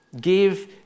Give